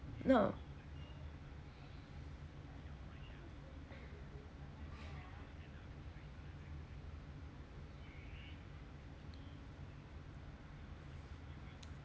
no